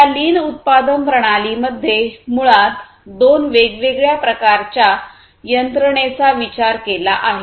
या लीन उत्पादन प्रणाली मध्ये मुळात दोन वेगवेगळ्या प्रकारच्या यंत्रणेचा विचार केला आहे